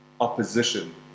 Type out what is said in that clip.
opposition